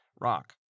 rock